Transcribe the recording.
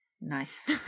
Nice